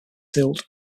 silt